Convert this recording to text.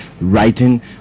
writing